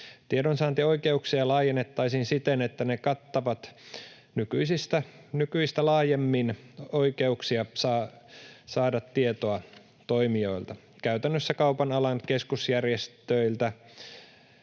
Tiedonsaantioikeuksia laajennettaisiin siten, että ne kattavat nykyistä laajemmin oikeuksia saada toimijoilta, käytännössä kaupan alan keskusjärjestöiltä,